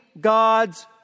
God's